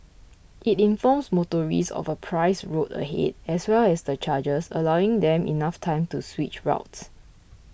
it informs motorists of a priced road ahead as well as the charges allowing them enough time to switch routes